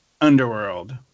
underworld